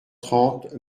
trente